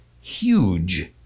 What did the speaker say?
huge